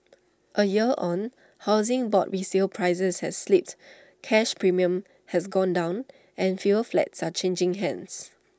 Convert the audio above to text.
A year on Housing Board resale prices have slipped cash premiums have gone down and fewer flats are changing hands